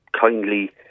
kindly